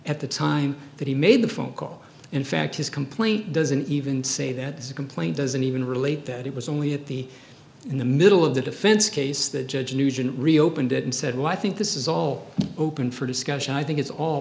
at the time that he made the phone call in fact his complaint doesn't even say that the complaint doesn't even relate that it was only at the in the middle of the defense case that judge nugent reopened it and said well i think this is all open for discussion i think it's all